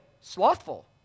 slothful